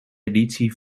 editie